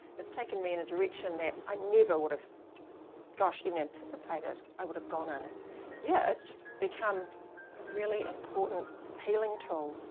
it's taken me in a direction that i never would have gosh, even anticipated, i would have gone and yeah, it's just become a really important healing tool.